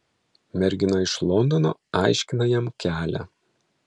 mergina iš londono aiškina jam kelią